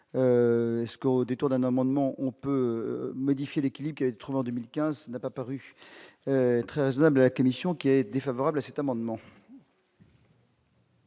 est-ce qu'au détour d'un amendement, on peut modifier l'équilibre qui a été trouvé en 2015, n'a pas paru très raisonnable, la Commission, qui est défavorable à cette amendement.